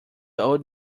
old